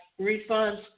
refunds